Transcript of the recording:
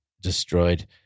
destroyed